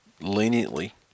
leniently